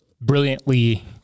brilliantly